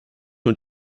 nur